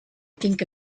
think